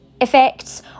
effects